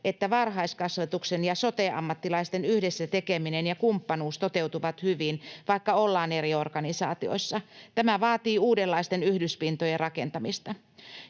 että varhaiskasvatuksen ja sote-ammattilaisten yhdessä tekeminen ja kumppanuus toteutuvat hyvin, vaikka ollaan eri organisaatioissa. Tämä vaatii uudenlaisten yhdyspintojen rakentamista.